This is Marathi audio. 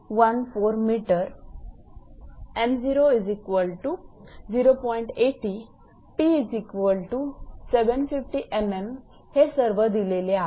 80 𝑝750 𝑚𝑚 हे सर्व दिलेले आहे